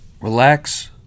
relax